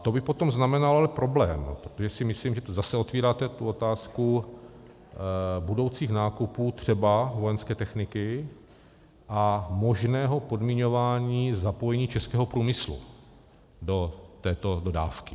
To by potom znamenalo ale problém, protože si myslím, že zase otevíráte tu otázku budoucích nákupů třeba vojenské techniky a možného podmiňování zapojení českého průmyslu do této dodávky.